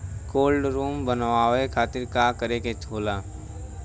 Cold room बनावे खातिर का करे के होला?